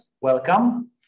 Welcome